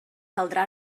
caldrà